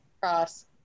Cross